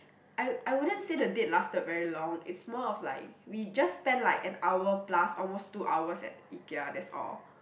I I wouldn't say the date lasted very long it's more of like we just spend like an hour plus almost two hours at Ikea that's all